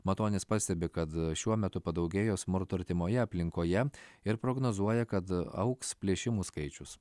matonis pastebi kad šiuo metu padaugėjo smurto artimoje aplinkoje ir prognozuoja kad augs plėšimų skaičius